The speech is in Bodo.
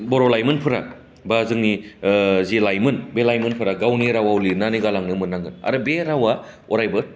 बर' लाइमोनफोरा बा जोंनि जे लाइमोन बे लाइमोनफोरा गावनि रावाव लिरनानै गालांनो मोन्नांगोन आरो बे रावा अरायबो